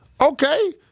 okay